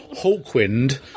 Hawkwind